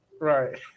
Right